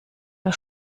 der